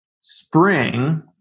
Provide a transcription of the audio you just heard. spring